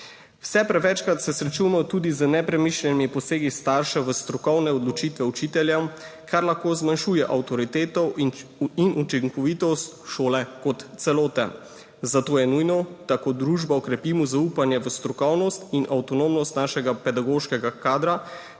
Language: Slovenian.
Vse prevečkrat se srečujemo tudi z nepremišljenimi posegi staršev v strokovne odločitve učiteljev, kar lahko zmanjšuje avtoriteto in učinkovitost šole kot celote, zato je nujno, da kot družba okrepimo zaupanje v strokovnost in avtonomnost našega pedagoškega kadra